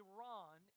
Iran